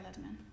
Lederman